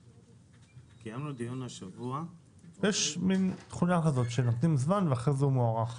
יש מין תכונה כזאת שנותנים זמן ואחר כך הוא מוארך.